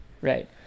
Right